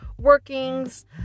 workings